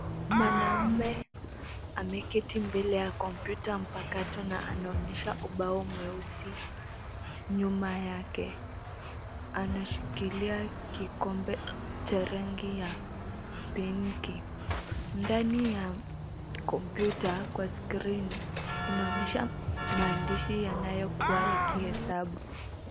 Mwanaume ameketi mbele ya kompyuta mpakato na anaonyesha ubao mweusi. Nyuma yake, anashikilia kikombe cha rangi ya pinki. Ndani ya kompyuta, kwa skrini, inaonyesha maandishi yanayokuwa yakihesabu.